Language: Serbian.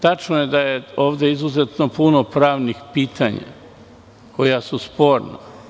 Tačno je da je ovde izuzetno mnogo pravnih pitanja koja su sporna.